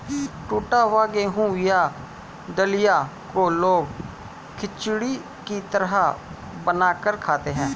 टुटा हुआ गेहूं या दलिया को लोग खिचड़ी की तरह बनाकर खाते है